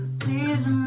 please